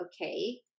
okay